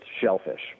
shellfish